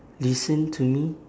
listen to me